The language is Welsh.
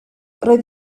roedd